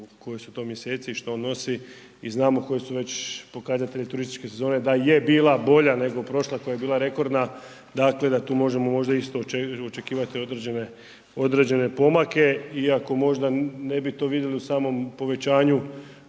koji su to mjeseci i šta on nosi i znamo koji su već pokazatelji turističke sezone, da je bila bolja nego prošla koja je bila rekordna, dakle da tu možemo možda isto očekivati određene pomake iako možda ne bi to vidjeli u samom povećanju